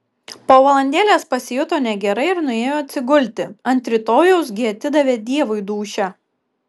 po valandėlės pasijuto negerai ir nuėjo atsigulti ant rytojaus gi atidavė dievui dūšią